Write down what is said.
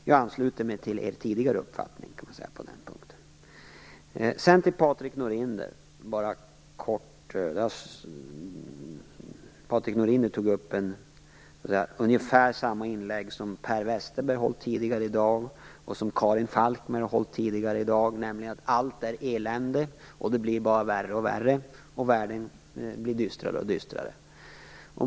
Jag ansluter mig alltså till er tidigare uppfattning på den punkten. Sedan kort till Patrik Norinder. Han gjorde ungefär samma inlägg som Per Westerberg och Karin Falkmer gjorde här tidigare i dag: Allt är elände, och det blir bara värre och värre samtidigt som världen blir dystrare och dystrare.